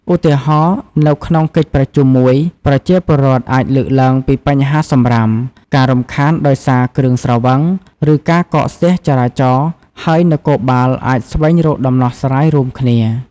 ឧទាហរណ៍: នៅក្នុងកិច្ចប្រជុំមួយ ប្រជាពលរដ្ឋអាចលើកឡើងពីបញ្ហាសំរាម ការរំខានដោយសារគ្រឿងស្រវឹង ឬការកកស្ទះចរាចរណ៍ ហើយនគរបាលអាចស្វែងរកដំណោះស្រាយរួមគ្នា។